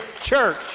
church